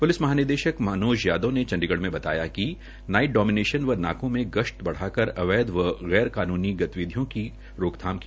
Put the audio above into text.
police महानिदेशक मनोज यादव ने चंडीगढ़ में बताया कि नाईट डोमिनेशन व नाकों में गशत बढ़ाकर अवैध व गैर कानूनी गतिविधियों की रोकथाम की